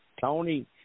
Tony